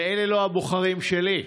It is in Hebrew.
ואלה לא הבוחרים שלי,